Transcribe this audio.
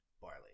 barley